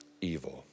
evil